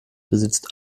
besitzt